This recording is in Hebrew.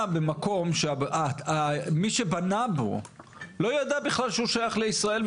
במקום שמי שבנה בו לא ידע בכלל שהוא שייך לישראל,